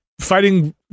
fighting